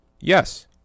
Yes